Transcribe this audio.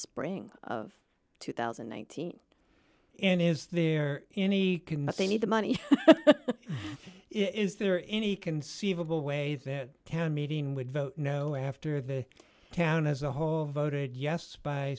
spring of two thousand and nineteen and is there any can they need the money is there any conceivable way that town meeting would vote no after the town as a whole voted yes by